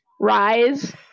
Rise